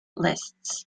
lists